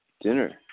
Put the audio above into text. dinner